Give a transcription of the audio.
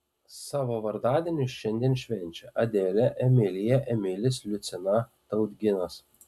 savo vardadienius šiandien švenčia adelė emilija emilis liucina tautginas